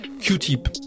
Q-Tip